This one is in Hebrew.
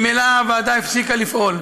ממילא הוועדה הפסיקה לפעול.